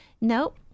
Nope